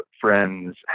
friends